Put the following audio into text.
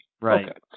Right